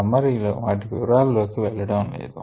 summary లో వాటి వివరాలలోకి వెళ్లడం లేదు